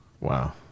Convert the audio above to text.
Wow